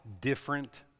different